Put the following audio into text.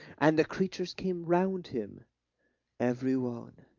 and the creatures came round him every one.